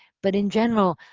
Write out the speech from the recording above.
but in general,